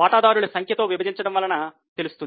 వాటాల సంఖ్యతో విభజివించడం వలన తెలుస్తుంది